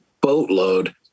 boatload